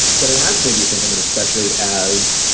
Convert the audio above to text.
but it has maybe think of it, especially as,